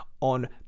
on